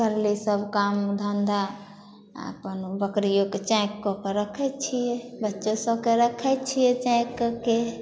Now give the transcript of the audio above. करली सब काम धन्धा आ अपना बकरियोके चाॅंइक कऽ के रखै छी बच्चो सबके रखै छियै चाॅंइक कऽ के